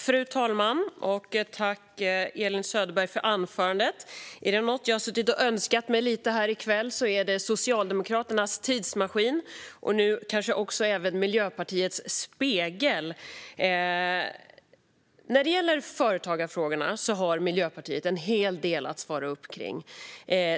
Fru talman! Tack, Elin Söderberg, för anförandet! Är det något jag har suttit och önskat mig här i kväll är det Socialdemokraternas tidsmaskin. Nu är det kanske också Miljöpartiets spegel. När det gäller företagarfrågorna har Miljöpartiet en hel del att svara på.